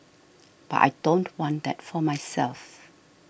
but I don't want that for myself